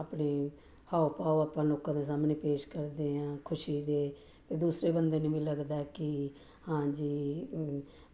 ਆਪਣੇ ਹਾਉ ਭਾਉ ਆਪਾਂ ਲੋਕਾਂ ਦੇ ਸਾਹਮਣੇ ਪੇਸ਼ ਕਰਦੇ ਹਾਂ ਖੁਸ਼ੀ ਦੇ ਦੂਸਰੇ ਬੰਦੇ ਨੂੰ ਵੀ ਲੱਗਦਾ ਕਿ ਹਾਂਜੀ